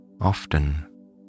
Often